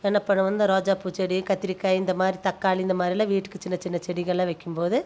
என்ன பண்ணுவோம் இந்த ரோஜா பூ செடி கத்திரிக்காய் இந்த மாதிரி தக்காளி இந்த மாதிரிலாம் வீட்டுக்கு சின்ன சின்ன செடிகள்லாம் வைக்கும் போது